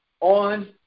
on